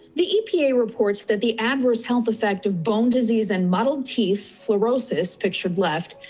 the epa reports that the adverse health effect of bone disease and muddled teeth, fluorosis, pictured left,